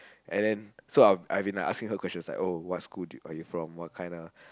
and then so I I have been like asking her questions like oh what school are you from what kinda